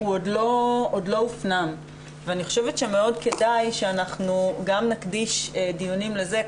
הוא עוד לא הופנם ואני חושבת שמאוד כדאי שאנחנו גם נקדיש דיונים לזה.